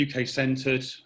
UK-centred